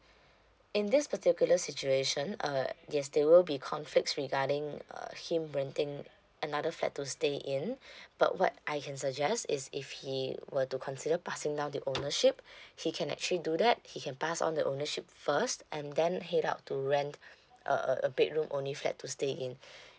in this particular situation uh yes there will be conflicts regarding uh him renting another flat to stay in but what I can suggest is if he were to consider passing down the ownership he can actually do that he can pass on the ownership first and then head out to rent a a a bedroom only flat to stay in